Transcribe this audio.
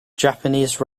japanese